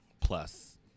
plus